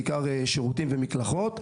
בעיקר שירותים ומקלחות.